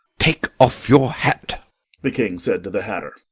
take off your hat the king said to the hatter.